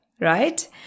right